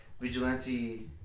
Vigilante